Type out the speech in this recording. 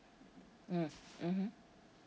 mm mmhmm